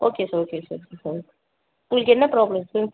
okay sir okay sir உங்களுக்கு என்ன problem sir